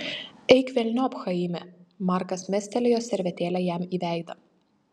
eik velniop chaime markas mestelėjo servetėlę jam į veidą